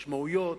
משמעויות,